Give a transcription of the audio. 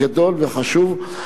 גדול וחשוב,